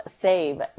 save